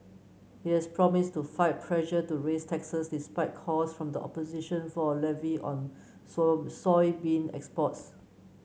he has promised to fight pressure to raise taxes despite calls from the opposition for a levy on soybean exports